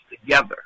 together